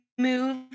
Move